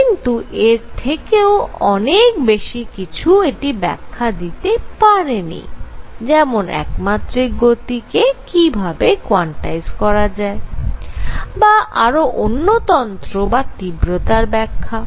কিন্তু এর থেকেও অনেক বেশী কিছু এটি ব্যাখ্যা দিতে পারেনি যেমন একমাত্রিক গতি কে কি ভাবে কোয়ান্টাইজ করা যায় বা আরও অন্য তন্ত্র বা তীব্রতার ব্যাখ্যা